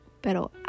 Pero